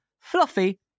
fluffy